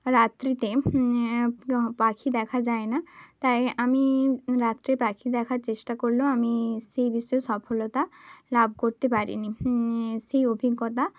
রাত্রিতে পাখি দেখা যায় না তাই আমি রাত্রে পাখি দেখার চেষ্টা করলেও আমি সেই বিষয়ে সফলতা লাভ করতে পারি নি সেই অভিজ্ঞতা